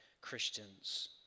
Christians